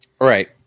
Right